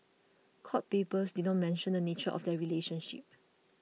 court papers did not mention the nature of their relationship